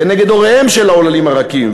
כנגד הוריהם של העוללים הרכים,